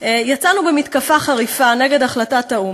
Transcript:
יצאנו במתקפה חריפה נגד החלטת האו"ם.